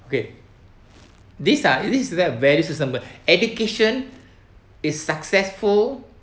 okay these are this is that value system but education is successful